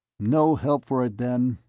no help for it then,